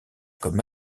comme